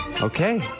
Okay